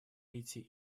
эти